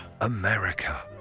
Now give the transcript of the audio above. America